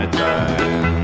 time